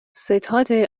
ستاد